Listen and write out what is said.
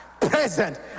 present